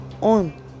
on